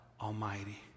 Almighty